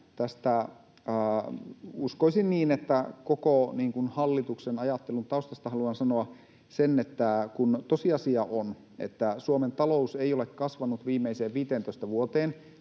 uskoisin niin — ajattelun taustasta haluan sanoa sen, että kun tosiasia on, että Suomen talous ei ole kasvanut viimeiseen 15 vuoteen,